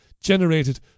generated